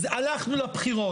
הלכנו לבחירות.